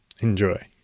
Enjoy